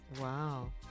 Wow